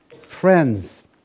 friends